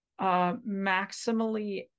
maximally